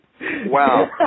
Wow